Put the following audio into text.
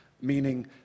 meaning